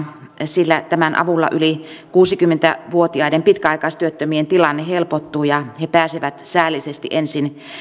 sillä tämän avulla yli kuusikymmentä vuotiaiden pitkäaikaistyöttömien tilanne helpottuu ja he pääsevät säällisesti ensin